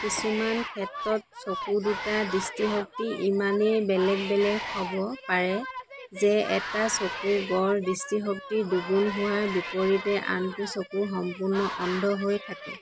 কিছুমান ক্ষেত্ৰত চকু দুটাৰ দৃষ্টিশক্তি ইমানেই বেলেগ বেলেগ হ'ব পাৰে যে এটা চকুৰ গড় দৃষ্টিশক্তি দুগুণ হোৱাৰ বিপৰীতে আনটো চকু সম্পূৰ্ণ অন্ধ হৈ থাকে